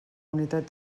unitat